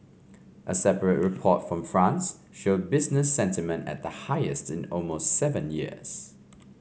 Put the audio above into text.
a separate report from France showed business sentiment at the highest in almost seven years